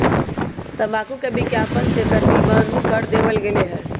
तंबाकू के विज्ञापन के प्रतिबंध कर देवल गयले है